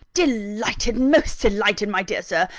delighted most delighted, my dear sir,